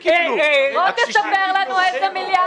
בבקשה.